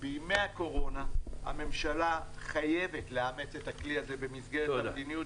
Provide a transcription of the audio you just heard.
בימי הקורונה הממשלה חייבת לאמץ את הכלי הזה במסגרת המדיניות